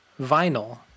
vinyl